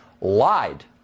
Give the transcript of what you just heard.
lied